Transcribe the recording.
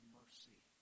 mercy